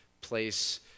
place